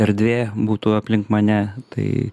erdvė būtų aplink mane tai